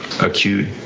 Acute